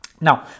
Now